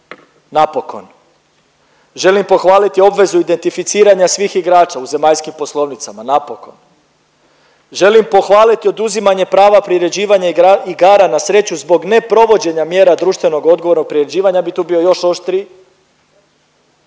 napokon. Želim pohvaliti obvezu identificiranja svih igrača u zemaljskim poslovnicama, napokon. Želim pohvaliti oduzimanje prava priređivanja igara na sreću zbog neprovođenja mjera društvenog odgovorno privređivanja, ja bi tu bio još oštriji,